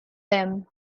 them